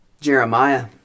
Jeremiah